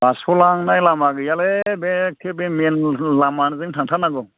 बारस'लांनाय लामा गैयालै बे मैन लामाजोंनो थांथारनांगौ